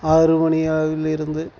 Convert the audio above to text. ஆறு மணி அளவில் இருந்து